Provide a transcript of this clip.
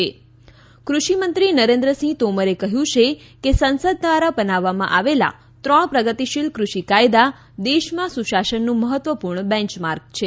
ે કૃષિમંત્રી નરેન્દ્રસિંહ તોમરે કહ્યું છે કે સંસદ દ્વારા બનાવવામાં આવેલા ત્રણ પ્રગતિશીલ કૃષિ કાયદા દેશમાં સુશાસનનું મહત્વપૂર્ણ બેન્યમાર્ક છે